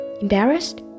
Embarrassed